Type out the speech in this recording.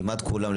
כמעט כולם,